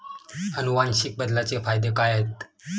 अनुवांशिक बदलाचे फायदे काय आहेत?